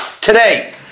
today